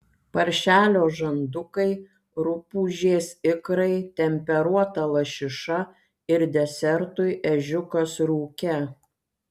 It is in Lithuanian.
paršelio žandukai rupūžės ikrai temperuota lašiša ir desertui ežiukas rūke